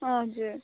हजुर